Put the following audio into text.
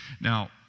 Now